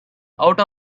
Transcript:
out